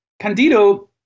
Candido